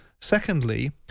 Secondly